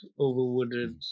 overwooded